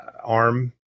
ARM